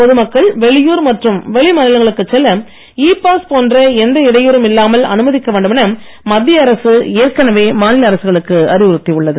பொது மக்கள் வெளியூர் மற்றும் வெளி மாநிலங்களுக்குச் செல்ல இ பாஸ் போன்ற எந்த இடையூறும் இல்லாமல் அனுமதிக்க வேண்டுமென மத்திய அரசு ஏற்கனவே மாநில அரசுகளுக்கு அறிவுறுத்தி உள்ளது